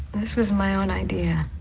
this was my own idea.